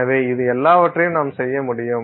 எனவே இந்த எல்லாவற்றையும் நாம் செய்ய முடியும்